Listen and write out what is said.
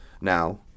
now